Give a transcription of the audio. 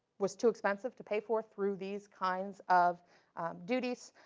was too expensive to pay for through these kinds of duties.